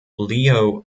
leo